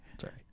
Sorry